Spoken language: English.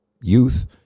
youth